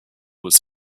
was